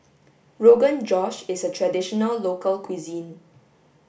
rogan josh is a traditional local cuisine